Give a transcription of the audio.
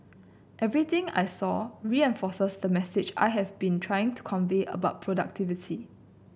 everything I saw reinforces the message I have been trying to convey about productivity